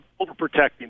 overprotecting